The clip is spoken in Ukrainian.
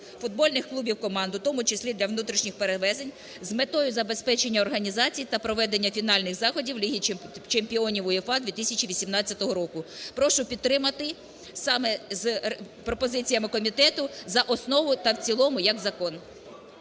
футбольних клубів команд, у тому числі для внутрішніх перевезень з метою забезпечення організацій та проведення фінальних заходів ліги чемпіонів УЄФА 2018 року". Прошу підтримати саме з пропозиціями комітету за основу та в цілому як закон.